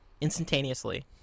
instantaneously